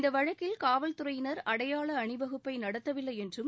இந்த வழக்கில் காவல்துறையினர் அடையாள் அனிவகுப்பை நடத்தவில்லை என்றும்